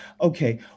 okay